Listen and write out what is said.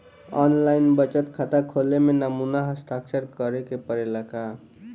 आन line बचत खाता खोले में नमूना हस्ताक्षर करेके पड़ेला का?